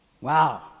Wow